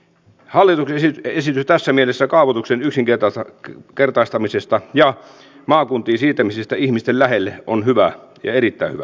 hallituksen esitys tässä mielessä kaavoituksen yksinkertaistamisesta ja maakuntiin siirtämisestä ihmisten lähelle on hyvä erittäin hyvä